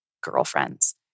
girlfriends